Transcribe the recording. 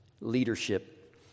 leadership